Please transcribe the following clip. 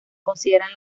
consideran